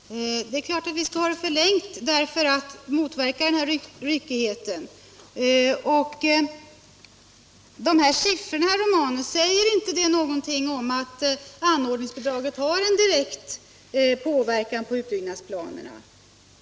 Bidrag till anord Herr talman! Det är klart att vi skall ha en förlängning för att motverka nande av förskolor tyckigheten. och fritidshem Säger inte siffrorna herr Romanus någonting om att anordningsbi draget har en direkt påverkan på utbyggnadsplanerna?